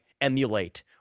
emulate